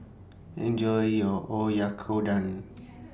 Enjoy your Oyakodon